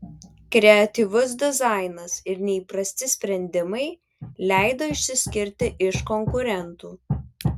kreatyvus dizainas ir neįprasti sprendimai leido išsiskirti iš konkurentų